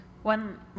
One